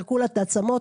פירקו לה את העצמות.